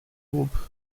groupe